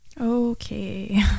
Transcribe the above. Okay